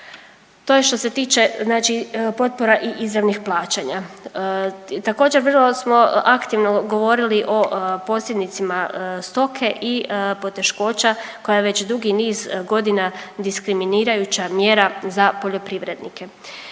To je što se tiče znači potpora i izravnih plaćanja. Također, vrlo smo aktivno govorili o posjednicima stoke i poteškoća koja već dugi niz godina diskriminirajuća mjera za poljoprivrednike.